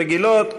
רגילות.